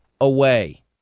away